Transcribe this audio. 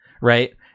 right